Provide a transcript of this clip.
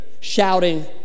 shouting